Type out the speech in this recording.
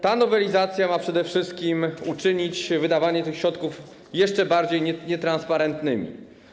Ta nowelizacja ma przede wszystkim uczynić wydawanie tych środków jeszcze bardziej nietransparentnym.